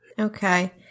Okay